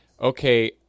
okay